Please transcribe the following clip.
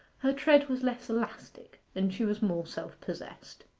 her tread was less elastic, and she was more self-possessed.